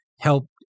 help